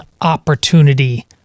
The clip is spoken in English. opportunity